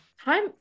time